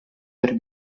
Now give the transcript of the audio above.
per